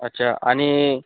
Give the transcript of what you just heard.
अच्छा आणि